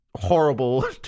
horrible